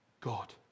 God